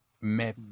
Mais